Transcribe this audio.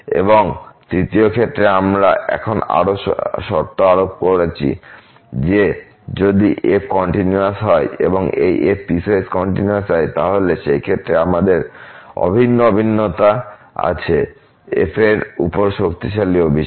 এবং তৃতীয় ক্ষেত্রে আমরা এখন আরো শর্ত আরোপ করেছি যে যদি f কন্টিনিউয়াস হয় এবং এই f পিসওয়াইস কন্টিনিউয়াস হয় তাহলে সেই ক্ষেত্রে আমাদের অভিন্ন অভিন্নতা আছে f এর উপর শক্তিশালী অভিসার